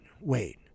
wait